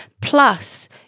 plus